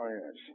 yes